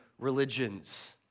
religions